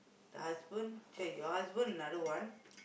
the husband !chey! your husband another one